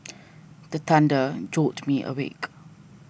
the thunder jolt me awake